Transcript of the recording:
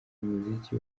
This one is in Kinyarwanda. muziki